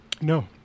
No